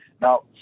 Now